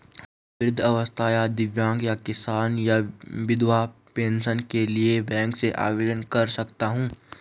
मैं वृद्धावस्था या दिव्यांग या किसान या विधवा पेंशन के लिए बैंक से आवेदन कर सकता हूँ?